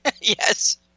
Yes